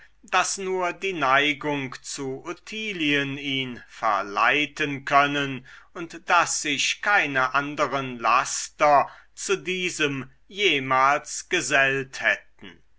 daß nur die neigung zu ottilien ihn verleiten können und daß sich keine anderen laster zu diesem jemals gesellt hätten